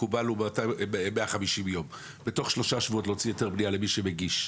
המקובל הוא 150 יום בתוך שלושה שבועות להוציא היתר בנייה למי שמגיש,